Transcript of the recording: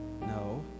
no